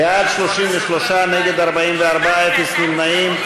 בעד, 33, נגד, 44, אין נמנעים.